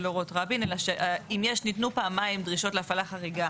אורות רבין; אם ניתנו פעמיים דרישות להפעלה חריגה